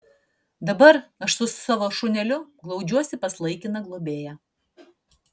dabar aš su savo šuneliu glaudžiuosi pas laikiną globėją